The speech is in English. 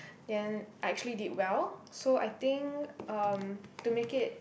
and I actually did well so I think um to make it